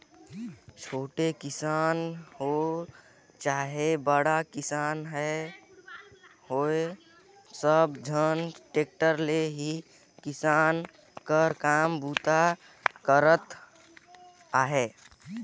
छोटे किसान होए चहे बड़खा किसान होए सब झन टेक्टर ले ही किसानी कर काम बूता करत अहे